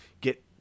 get